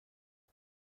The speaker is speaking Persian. بود